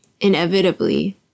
inevitably